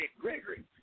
Gregory